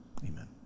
amen